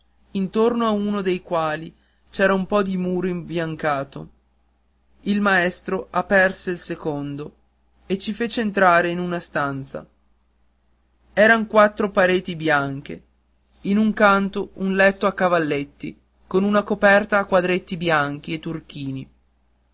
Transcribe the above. intorno a uno dei quali c'era un po di muro imbiancato il maestro aperse il secondo e ci fece entrare in una stanza eran quattro pareti bianche in un canto un letto a cavalletti con una coperta a quadretti bianchi e turchini